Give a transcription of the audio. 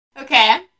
Okay